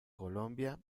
colombia